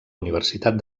universitat